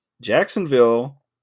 Jacksonville